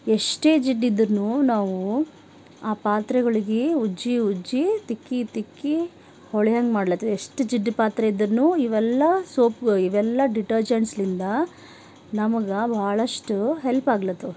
ಎಷ್ಟೇ ಜಿಡ್ಡಿದ್ದರೂ ನಾವು ಆ ಪಾತ್ರೆಗಳಿಗೆ ಉಜ್ಜಿ ಉಜ್ಜಿ ತಿಕ್ಕಿ ತಿಕ್ಕಿ ಹೊಳೆಯಂಗೆ ಮಾಡ್ಲಾತ್ ಎಷ್ಟು ಜಿಡ್ಡು ಪಾತ್ರೆ ಇದ್ರೂನು ಇವೆಲ್ಲ ಸೋಪು ಇವೆಲ್ಲ ಡಿಟರ್ಜೆಂಟ್ಸಿಂದ ನಮಗೆ ಭಾಳಷ್ಟು ಹೆಲ್ಪ್ ಆಗ್ಲತು